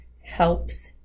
helps